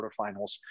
quarterfinals